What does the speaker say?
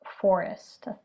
forest